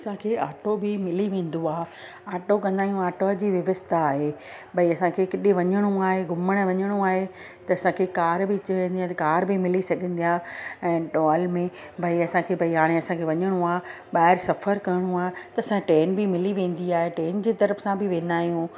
असांखे ऑटो बि मिली वेंदो आहे ऑटो कंदा आहियूं ऑटो जी व्यवस्था आहे भाई असांखे किथे वञिणो आहे घुमण लाइ वञिणो आहे त असांखे कार बि अची वेंदी आहे त कार बि मिली सघंदी आहे ऐं डॉल में भाई असांखे भाई हाणे असांखे वञिणो आहे ॿाहिरि सफ़र करणो आ्हे त असां ट्रेन बि मिली वेंदी आहे ट्रेन जी तरफ सां बि वेंदा आहियूं